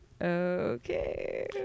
Okay